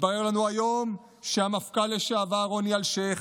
מתברר לנו היום שהמפכ"ל לשעבר רוני אלשיך,